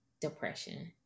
depression